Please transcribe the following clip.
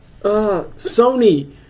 Sony